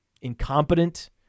incompetent